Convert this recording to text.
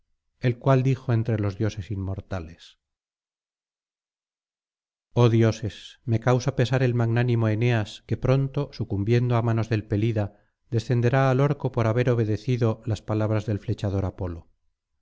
el cual dijo entre los dioses inmortales oh dioses me causa pesar el magnánimo eneas que pronto sucumbiendo á manos del pelida descenderá al orco por haber obedecido las palabras del flechador apolo